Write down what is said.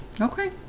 okay